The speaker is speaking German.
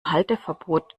halteverbot